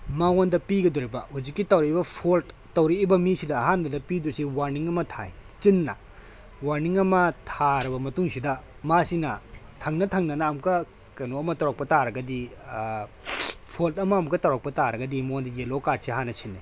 ꯃꯉꯣꯟꯗ ꯄꯤꯒꯗꯧꯔꯤꯕ ꯍꯧꯖꯤꯛꯀꯤ ꯇꯧꯔꯛꯏꯕ ꯐꯣꯜꯠ ꯇꯧꯔꯛꯏꯕ ꯃꯤꯁꯤꯗ ꯑꯍꯥꯟꯕꯗ ꯄꯤꯗꯣꯏꯁꯤ ꯋꯥꯔꯅꯤꯡ ꯑꯃ ꯊꯥꯏ ꯆꯤꯟꯅ ꯋꯥꯔꯅꯤꯡ ꯑꯃ ꯊꯥꯔꯕ ꯃꯇꯨꯡꯁꯤꯗ ꯃꯥꯁꯤꯅ ꯊꯪꯅ ꯊꯪꯅꯅ ꯑꯃꯨꯛꯀ ꯀꯩꯅꯣꯝꯃ ꯇꯧꯔꯛꯄ ꯇꯥꯔꯒꯗꯤ ꯐꯣꯜꯠ ꯑꯃꯒ ꯑꯃꯨꯛ ꯇꯧꯔꯛꯄ ꯇꯥꯔꯒꯗꯤ ꯃꯉꯣꯟꯗ ꯌꯦꯜꯂꯣ ꯀꯥꯔ꯭ꯗꯁꯦ ꯍꯥꯟꯅ ꯁꯤꯟꯅꯩ